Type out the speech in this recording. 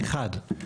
אחד,